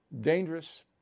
dangerous